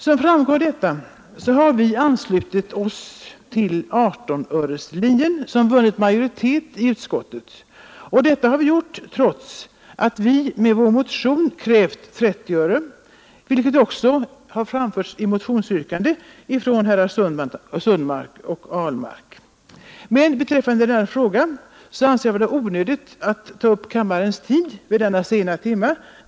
Som framgår härav har vi anslutit oss till förslaget om 18 öre, som har vunnit majoritet i utskottet. Detta har vi gjort trots att vii vår motion krävt 30 öre, vilket också krävs i motionen av herrar Sundman och Ahlmark. Beträffande denna fråga anser jag det vara onödigt att uppta kammarens tid vid denna sena timma.